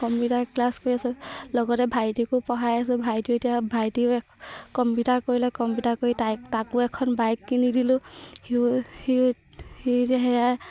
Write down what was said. computer class কৰি আছো লগতে ভাইটিকো পঢ়াই আছো ভাইটিও এতিয়া ভাইটি কম্পিউটাৰ কৰিলে কম্পিউটাৰ কৰি তাইক তাকো এখন বাইক কিনি দিলোঁ সি সেয়া